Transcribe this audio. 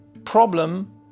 Problem